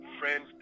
friends